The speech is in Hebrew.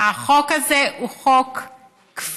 החוק הזה הוא חוק כפייה.